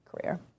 career